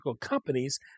companies